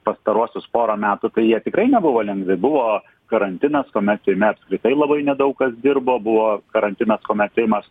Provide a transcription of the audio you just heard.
pastaruosius porą metų tai jie tikrai nebuvo lengvi buvo karantinas kuomet seime apskritai labai nedaug kas dirbo buvo karantinas kuomet seimas